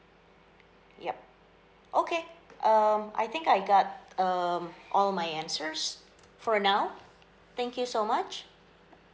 yup okay um I think I got um all my answers for now thank you so much